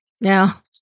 Now